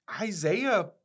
Isaiah